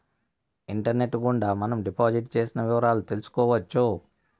internet గుండా మనం deposit చేసిన వివరాలు తెలుసుకోవచ్చు